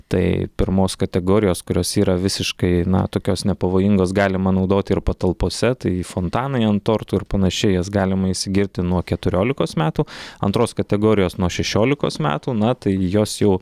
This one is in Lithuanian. tai pirmos kategorijos kurios yra visiškai na tokios nepavojingos galima naudoti ir patalpose tai fontanai ant tortų ir panašiai jas galima įsigyti nuo keturiolikos metų antros kategorijos nuo šešiolikos metų na tai jos jau